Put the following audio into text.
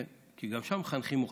כן, כי גם שם מחנכים אוכלוסייה.